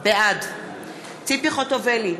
בעד ציפי חוטובלי,